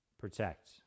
protect